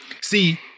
See